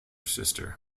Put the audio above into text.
sister